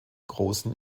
großen